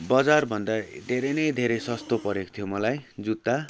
बजारभन्दा धेरै नै धेरै सस्तो परेको थियो मलाई जुत्ता